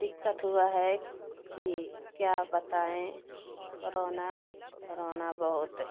दिक़्क़त हुआ है कि क्या बताएँ करोना करोना बहुत